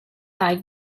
ddau